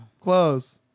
Close